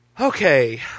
Okay